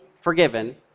forgiven